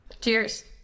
Cheers